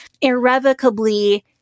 irrevocably